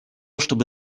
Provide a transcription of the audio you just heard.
чтобы